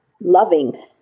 loving